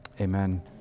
Amen